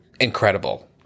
incredible